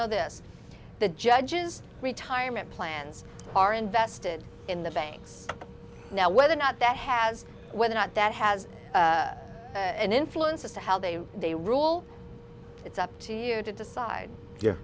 know this the judge's retirement plans are invested in the banks now whether or not that has whether or not that has an influence as to how they they rule it's up to you to decide you